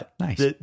Nice